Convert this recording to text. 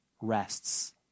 rests